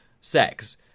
sex